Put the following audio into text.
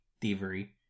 thievery